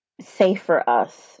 safe-for-us